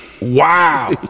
wow